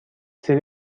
سری